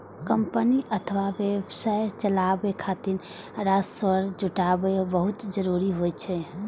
company अथवा व्यवसाय चलाबै खातिर राजस्व जुटायब बहुत जरूरी होइ छै